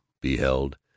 beheld